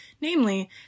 Namely